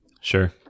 Sure